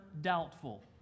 doubtful